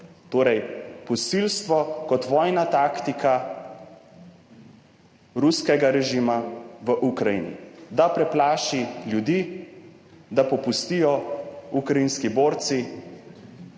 Torej posilstvo kot vojna taktika ruskega režima v Ukrajini, da preplaši ljudi, da popustijo ukrajinski borci